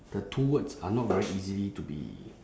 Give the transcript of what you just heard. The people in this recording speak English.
the two words are not very easily to be